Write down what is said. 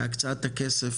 בהקצאת הכסף,